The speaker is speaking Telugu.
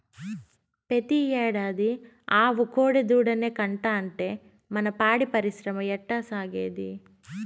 పెతీ ఏడాది ఆవు కోడెదూడనే కంటాంటే మన పాడి పరిశ్రమ ఎట్టాసాగేది